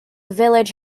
village